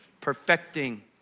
Perfecting